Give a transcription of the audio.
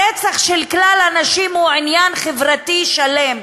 הרצח של כלל הנשים הוא עניין חברתי שלם,